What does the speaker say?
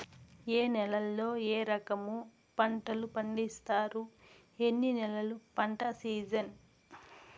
ఏ నేలల్లో ఏ రకము పంటలు పండిస్తారు, ఎన్ని నెలలు పంట సిజన్?